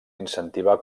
incentivar